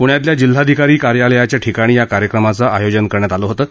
पृण्यातल्या जिल्हाधिकारी कार्यालयाच्या ठिकाणी या कार्यक्रमाचं आयोजन करण्यात आलं होतं